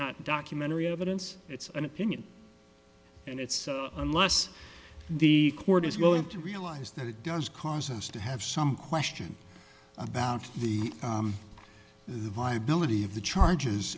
not documentary evidence it's an opinion and it's unless the court is going to realize that it does cause us to have some question about the viability of the charge